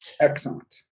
Excellent